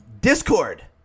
Discord